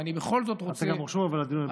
ואני בכל זאת רוצה, אתה רשום גם לדיון הבא.